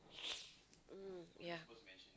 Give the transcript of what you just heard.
mm yeah